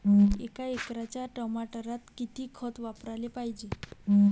एका एकराच्या टमाटरात किती खत वापराले पायजे?